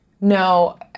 No